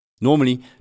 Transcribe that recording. Normally